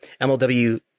MLW